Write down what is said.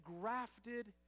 grafted